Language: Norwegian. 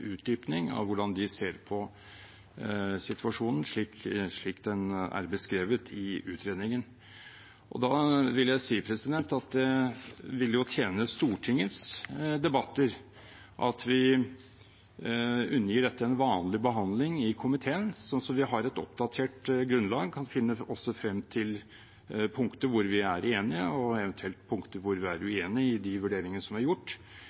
utdypning av hvordan de ser på situasjonen, slik den er beskrevet i utredningen. Da vil jeg si at det vil tjene Stortingets debatter at vi undergir dette en vanlig behandling i komiteen, sånn at vi har et oppdatert grunnlag og kan finne frem til punkter hvor vi er enige, og eventuelt punkter hvor vi er uenige i de vurderinger som er gjort.